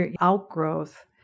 outgrowth